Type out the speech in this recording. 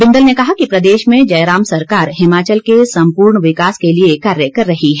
बिंदल ने कहा कि प्रदेश में जयराम सरकार हिमाचल के संपूर्ण विकास को लिए कार्य रही है